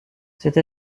cette